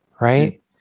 right